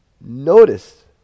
Notice